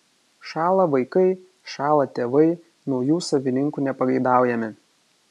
šąla vaikai šąla tėvai naujų savininkų nepageidaujami